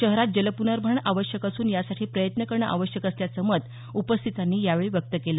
शहरात जलप्नर्भरण आवश्यक असून यासाठी प्रयत्न करणं आवश्यक असल्याचं मत यावेळी उपस्थितांनी व्यक्त केलं